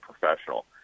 professional